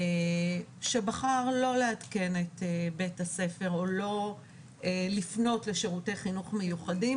שבחר לא לעדכן את בית הספר או לא לפנות לשירותי חינוך מיוחדים,